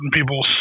people